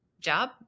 job